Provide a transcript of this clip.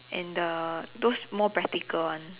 and the those more practical one